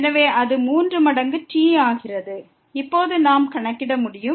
எனவே அது 3 மடங்கு t ஆகிறது இப்போது நாம் கணக்கிட முடியும்